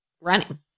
running